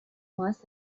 must